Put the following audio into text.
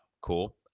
Cool